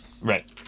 Right